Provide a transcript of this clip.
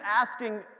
asking